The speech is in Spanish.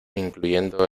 incluyendo